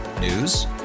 News